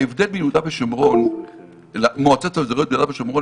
ההבדל בין המועצות האזוריות ביהודה ושומרון